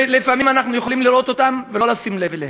לפעמים אנחנו יכולים לראות אותם ולא לשים לב אליהם,